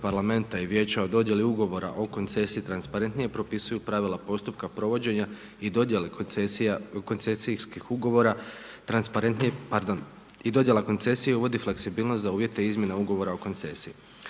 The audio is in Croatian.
parlamenta i Vijeća o dodjeli Ugovora o koncesiji transparentnije propisuju pravila postupka provođenja i dodjela koncesije uvodi fleksibilnost za uvjete i izmjene ugovora o koncesiji.